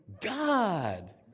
God